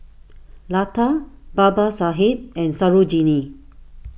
Lata Babasaheb and Sarojini